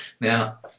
Now